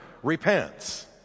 repents